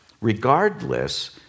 Regardless